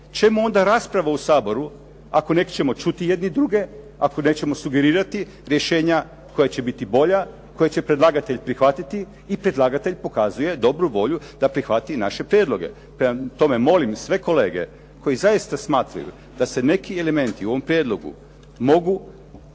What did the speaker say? Čemu onda rasprava u Saboru ako nećemo čuti jedni druge, ako nećemo sugerirati rješenja koja će biti bolja, koja će predlagatelj prihvatiti i predlagatelj pokazuje dobru volju da prihvati naše prijedloge. Prema tome, molim sve kolege koji zaista smatraju da se neki elementi u ovom prijedlogu mogu